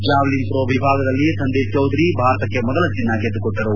javelin throw ವಿಭಾಗದಲ್ಲಿ ಸಂದೀಪ್ ಚೌಧರಿ ಭಾರತಕ್ಕೆ ಮೊದಲ ಚಿನ್ನ ಗೆದ್ದುಕೊಟ್ಟರು